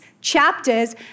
chapters